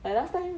like last time